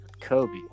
Kobe